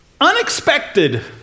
unexpected